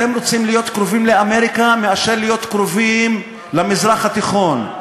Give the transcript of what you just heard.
אתם רוצים להיות קרובים לאמריקה יותר מאשר להיות קרובים למזרח התיכון.